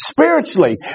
spiritually